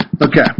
Okay